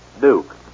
Duke